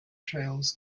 trails